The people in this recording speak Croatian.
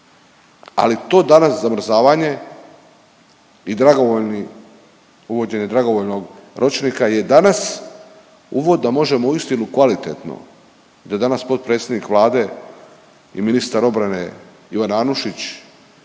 Ali to danas zamrzavanje i dragovoljni, uvođenje dragovoljnog ročnika je danas uvod da možemo uistinu kvalitetno da je danas potpredsjednik Vlade i ministar obrane Ivan Anušić,